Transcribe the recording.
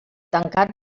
tancat